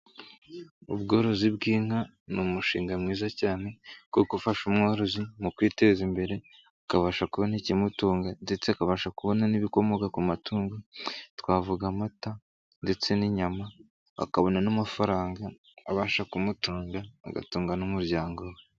Ubworozi bw'inka ni umushinga mwiza cyane kuko gufasha umworozi mu kwiteza imbere, akabasha kubona ikimutunga ndetse akabasha kubona n'ibikomoka ku matungo twavuga amata ndetse n'inyama, akabona n'amafaranga abasha kumutunga agatunga n'umuryango we.